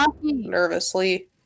nervously